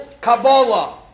Kabbalah